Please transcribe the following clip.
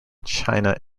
china